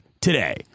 today